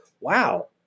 wow